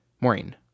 Maureen